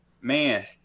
man